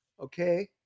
Okay